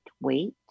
wait